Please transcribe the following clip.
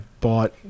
bought